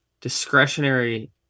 Discretionary